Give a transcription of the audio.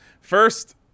first